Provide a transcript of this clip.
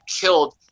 killed